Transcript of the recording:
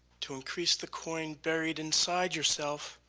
to increase the coin buried inside yourself,